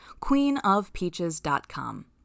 queenofpeaches.com